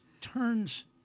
turns